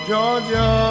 Georgia